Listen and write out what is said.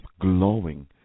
glowing